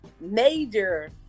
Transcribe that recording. major